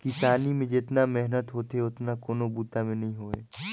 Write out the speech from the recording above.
किसानी में जेतना मेहनत होथे ओतना कोनों बूता में नई होवे